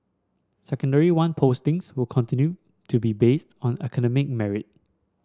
Secondary One postings will continue to be based on academic merit